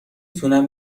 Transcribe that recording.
تونم